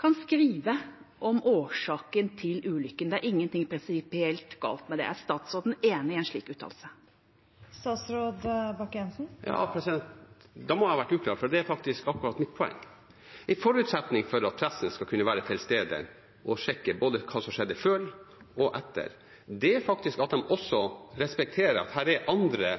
kan skrive om årsaken til ulykken. Det er ingenting prinsipielt galt med det. Er statsråden enig i en slik uttalelse? Da må jeg ha vært uklar, for det er akkurat mitt poeng. En forutsetning for at pressen skal kunne være til stede og sjekke hva som skjedde både før og etter, er faktisk også at de respekterer at det er andre